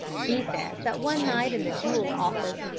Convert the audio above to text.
he says that one night in the jewel office,